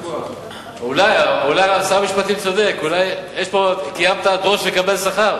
אולי שר המשפטים צודק, אולי קיימת דרוש, תקבל שכר.